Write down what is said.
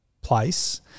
place